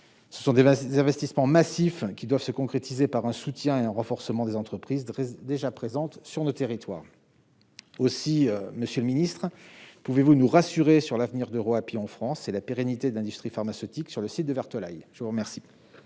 Ce sont des investissements massifs, qui doivent se concrétiser par un soutien et un renforcement des entreprises déjà présentes sur nos territoires. Aussi, monsieur le secrétaire d'État, pouvez-vous nous rassurer sur l'avenir d'EuroAPI en France et la pérennité de l'industrie pharmaceutique sur le site de Vertolaye ? La parole